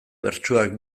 bertsuak